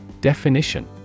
Definition